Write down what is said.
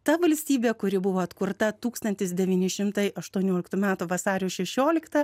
ta valstybė kuri buvo atkurta tūkstantis devyni šimtai aštuonioliktų metų vasario šešioliktą